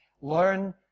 learn